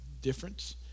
difference